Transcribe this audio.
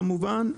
כמובן.